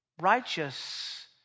righteous